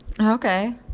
Okay